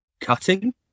cutting